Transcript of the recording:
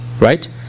Right